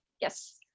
yes